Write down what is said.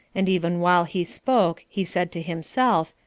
and even while he spoke he said to himself,